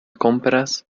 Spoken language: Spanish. compras